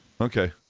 Okay